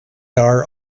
are